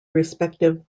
respective